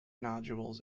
nodules